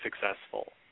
successful